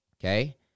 Okay